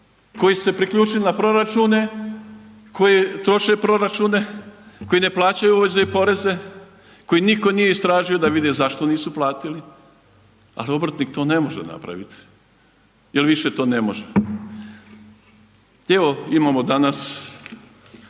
koji su se priključili na proračune, koji troše proračune, koji ne plaćaju … i poreze koji niko nije istražio da vide zašto nisu platili, ali obrtnik to ne može napraviti jel više to ne može. I evo imamo danas